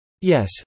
Yes